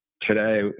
today